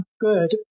good